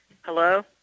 Hello